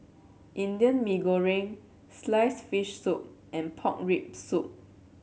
Indian Mee Goreng sliced fish soup and Pork Rib Soup